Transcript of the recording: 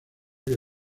que